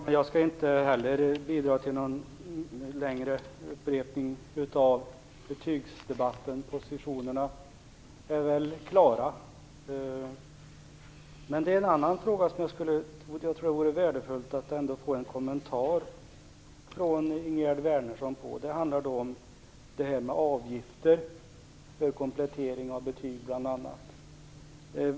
Herr talman! Inte heller jag skall bidra till någon längre upprepning av betygsdebatten, där positionerna väl är klara. Jag tror dock att det i en annan fråga vore värdefullt att få en kommentar från Ingegerd Wärnersson, och det gäller avgifter för bl.a. komplettering av betyg.